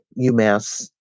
UMass